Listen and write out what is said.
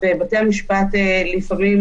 ובתי המשפט לפעמים,